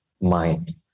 mind